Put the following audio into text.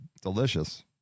delicious